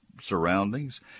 surroundings